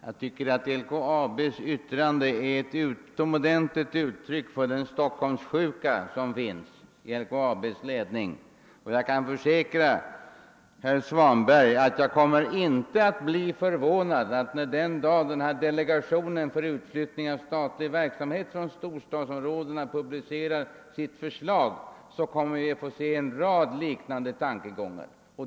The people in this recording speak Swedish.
Jag tycker att LKAB:s yttrande är ett utomordentligt uttryck för den Stockholmssjuka som man lider av i LKAB:s ledning, och jag kan försäkra herr Svanberg att jag inte kommer att bli förvånad om vi, den dag delegationen för utflyttning av statlig verksamhet från storstadsområdena publicerar sitt förslag, får se en rad liknande tankegångar.